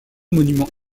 monuments